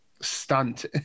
Stunt